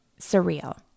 surreal